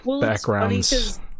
backgrounds